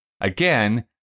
Again